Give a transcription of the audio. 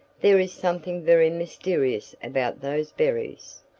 there is something very mysterious about those berries!